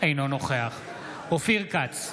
אינו נוכח אופיר כץ,